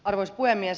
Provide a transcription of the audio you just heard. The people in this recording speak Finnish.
arvoisa puhemies